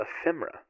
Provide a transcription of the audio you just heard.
ephemera